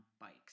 bikes